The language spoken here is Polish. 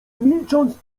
milcząc